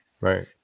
Right